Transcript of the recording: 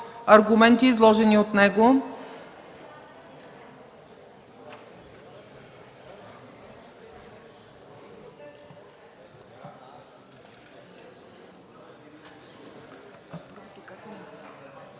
аргументите, изложени от него.